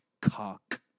Cock